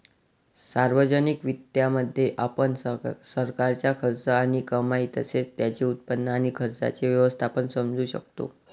सार्वजनिक वित्तामध्ये, आपण सरकारचा खर्च आणि कमाई तसेच त्याचे उत्पन्न आणि खर्चाचे व्यवस्थापन समजू शकतो